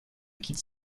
quitte